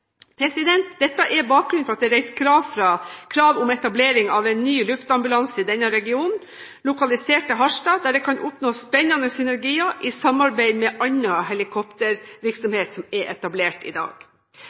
Dette er bakgrunnen for at det er reist krav om etablering av en ny luftambulanse i denne regionen, lokalisert til Harstad, der en kan oppnå spennende synergier i samarbeid med